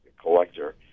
collector